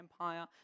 Empire